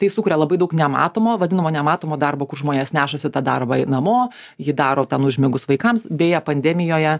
tai sukuria labai daug nematomo vadinamo nematomo darbo kur žmonės nešasi tą darbą į namo jį daro ten užmigus vaikams beje pandemijoje